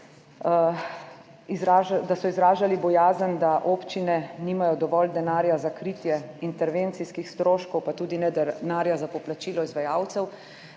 da so izražali bojazen, da občine nimajo dovolj denarja za kritje intervencijskih stroškov pa tudi ne denarja za poplačilo izvajalcev.